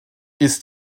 ist